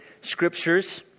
scriptures